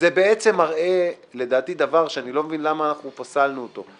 זה מראה דבר שאני לא מבין למה אנחנו פסלנו אותו.